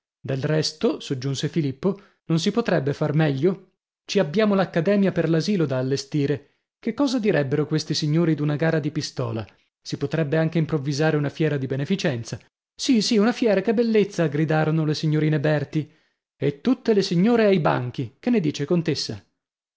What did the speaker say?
del resto soggiunse filippo non si potrebbe far meglio ci abbiamo l'accademia per l'asilo da allestire che cosa direbbero questi signori d'una gara di pistola si potrebbe anche improvvisare una fiera di beneficenza sì sì una fiera che bellezza gridarono le signorine berti e tutte le signore ai banchi che ne dice contessa